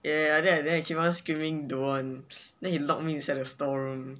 ya ya ya then I then I keep on screaming don't want then he locked me inside the storeroom